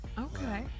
Okay